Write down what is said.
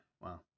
Wow